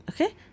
okay